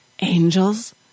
Angels